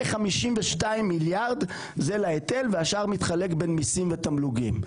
כ-52 מיליארד זה להיטל והשאר מתחלק בין מיסים ותמלוגים.